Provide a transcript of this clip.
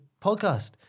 podcast